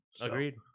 Agreed